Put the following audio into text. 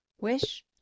Wish